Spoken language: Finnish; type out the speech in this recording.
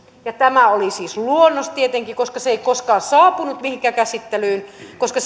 ja tämä oli siis luonnos tietenkin koska se ei koskaan saapunut mihinkään käsittelyyn koska